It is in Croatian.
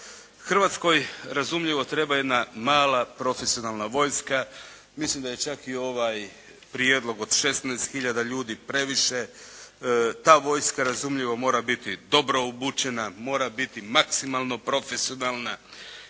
Hrvatskoj razumljivo treba jedna mala profesionalna vojska. Mislim da je čak i ovaj prijedlog od 16 hiljada ljudi previše. Ta vojska razumljivo mora biti dobro obučena, mora biti maksimalno profesionalna.